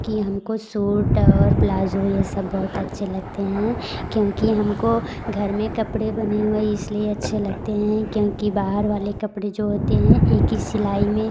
कि हमको सूट और प्लाज़ो ये सब बहुत अच्छे लगते हैं क्योंकि हमको घर में कपड़े बने हुए इसलिए अच्छे लगते हैं क्योंकि बाहर वाले कपड़े जो होते हैं एक ही सिलाई में